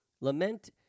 Lament